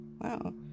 Wow